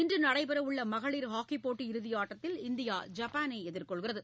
இன்று நடைபெறவுள்ள மகளிர் ஹாக்கி போட்டி இறுதி ஆட்டத்தில் இந்தியா ஜப்பானை எதிர்கொள்கிறது